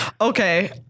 Okay